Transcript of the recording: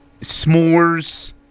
s'mores